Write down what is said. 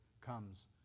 comes